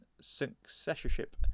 successorship